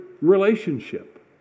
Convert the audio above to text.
relationship